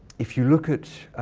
if you look at